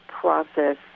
process